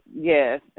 Yes